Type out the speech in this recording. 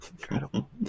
incredible